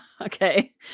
okay